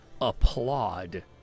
applaud